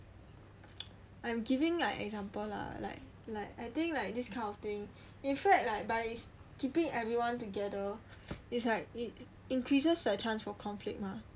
I'm giving like example lah like like I think like this kind of thing in fact by keeping everyone together it's like increases the chance for conflict mah